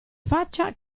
faccia